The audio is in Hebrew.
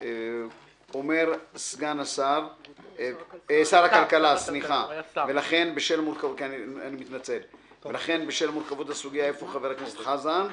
אומר שר הכלכלה: "לכן בשל מורכבות הסוגיה איפה חבר הכנסת חזן?